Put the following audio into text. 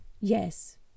yes